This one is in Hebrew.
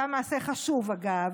עשה מעשה חשוב, אגב,